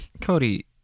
cody